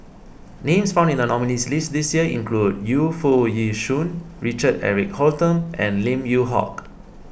names found in the nominees' list this year include Yu Foo Yee Shoon Richard Eric Holttum and Lim Yew Hock